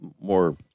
more